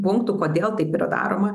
punktų kodėl taip yra daroma